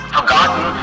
forgotten